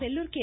Sellur K